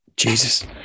Jesus